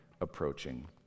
approaching